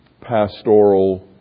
pastoral